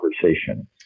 conversation